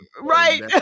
Right